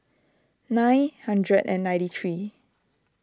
nine hundred and ninety three